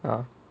ya